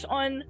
on